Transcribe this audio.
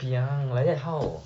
!wahpiang! like that how